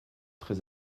très